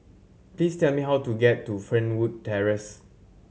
please tell me how to get to Fernwood Terrace